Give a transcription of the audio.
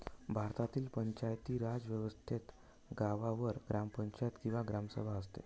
भारतातील पंचायती राज व्यवस्थेत गावावर ग्रामपंचायत किंवा ग्रामसभा असते